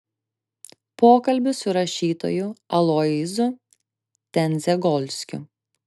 pokalbis su rašytoju aloyzu tendzegolskiu